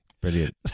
Brilliant